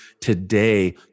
today